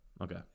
Okay